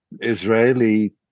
Israeli